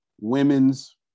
women's